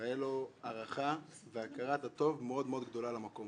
והייתה לו הערכה והכרת הטוב מאוד מאוד למקום,